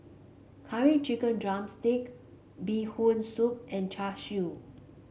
Curry Chicken drumstick Bee Hoon Soup and Char Siu